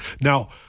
Now